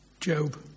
Job